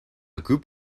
group